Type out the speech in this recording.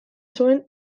zuen